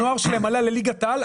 הנוער שלהם עלה לליגת העל,